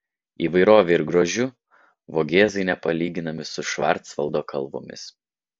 įvairove ir grožiu vogėzai nepalyginami su švarcvaldo kalvomis